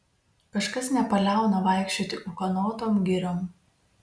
kažkas nepaliauna vaikščioti ūkanotom giriom